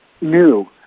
new